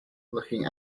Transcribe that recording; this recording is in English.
looking